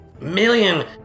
million